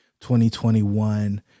2021